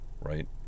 right